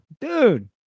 dude